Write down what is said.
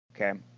okay